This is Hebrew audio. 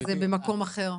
זה במקום אחר.